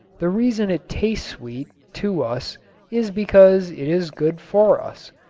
the reason it tastes sweet to us is because it is good for us.